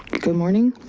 good morning,